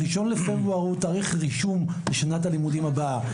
ה-1 בפברואר הוא תאריך רישום לשנת הלימודים הבאה.